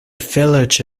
village